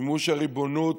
מימוש הריבונות,